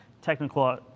technical